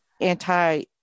anti